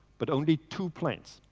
but only two planes.